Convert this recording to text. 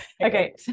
Okay